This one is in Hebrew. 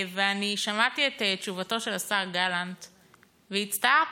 אני שמעתי את תשובתו של השר גלנט והצטערתי,